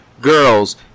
girls